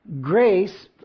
Grace